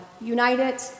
United